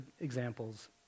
examples